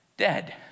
Dead